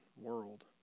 world